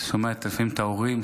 אתה שומע לפעמים את ההורים,